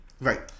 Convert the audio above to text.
Right